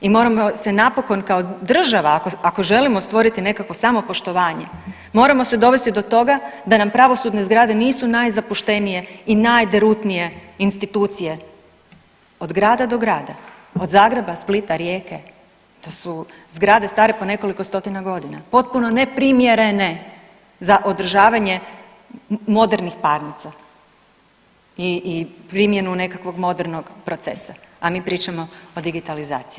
I moramo se napokon kao država ako želimo stvoriti nekakvo samopoštovanje moramo se dovesti do toga da nam pravosudne zgrade nisu najzapuštenije i najderutnije institucije od grada do grada, od Zagreba, Splita, Rijeke, to su zgrade stare po nekoliko stotina godina, potpuno neprimjerne za održavanje modernih parnica i primjenu nekakvog modernog procesa, a mi pričamo o digitalizaciji.